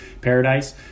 Paradise